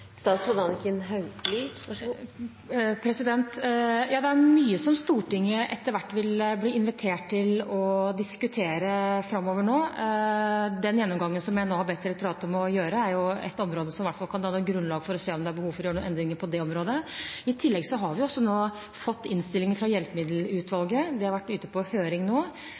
Ja, det er mye som Stortinget etter hvert vil bli invitert til å diskutere framover nå. Den gjennomgangen som jeg nå har bedt direktoratet om å gjøre, er noe som i hvert fall kan danne grunnlag for å se på om det er behov for å gjøre noen endringer på det området. I tillegg har vi nå fått innstillingen fra Hjelpemiddelutvalget. Den har vært ute på høring,